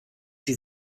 sie